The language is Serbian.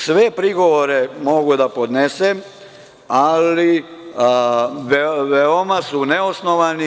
Sve prigovore mogu da podnesem, ali veoma su neosnovani.